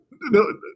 No